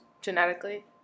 Genetically